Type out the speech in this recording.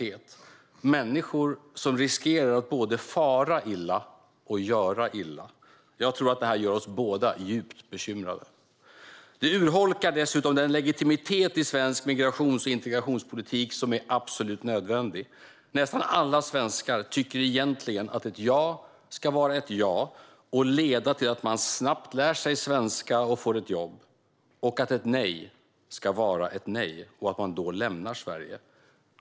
Det är fråga om människor som riskerar att både fara illa och göra illa. Jag tror att det här gör oss båda djupt bekymrade. Det urholkar dessutom den legitimitet i svensk migrations och integrationspolitik som är absolut nödvändig. Nästan alla svenskar tycker egentligen att ett ja ska vara ett ja och leda till att man snabbt lär sig svenska och får ett jobb och att ett nej ska vara ett nej och att man då lämnar Sverige.